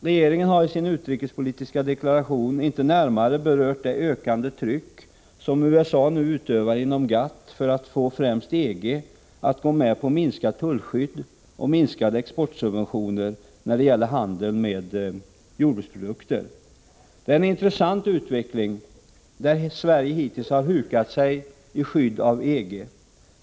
Regeringen har i sin utrikespolitiska deklaration inte närmare berört det ökande tryck som USA nu utövar inom GATT för att få främst EG att gå med på minskat tullskydd och minskade exportsubventioner när det gäller handeln med jordbruksprodukter. Det är en intressant utveckling, där Sverige hittills har hukat sig i skydd av EG.